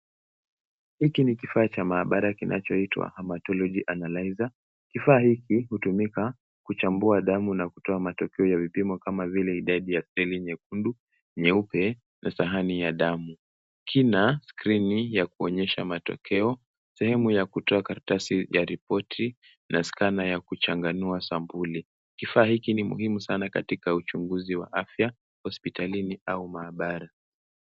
Hiki ni kifaa cha maabara kinachoitwa hematology analyzer . Kifaa hiki hutumika kuchambua damu na kutoa matokeo ya vipimo kama vile idadi ya seli nyekundu, nyeupe na sahani ya damu. Kina skrini ya kuonyesha matokeo, sehemu ya kutoa karatasi ya ripoti na skana ya kuchanganua sampuli. Kifaa hiki ni muhimu sana katika uchunguzi wa afya hospitalini au maabara.